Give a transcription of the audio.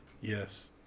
Yes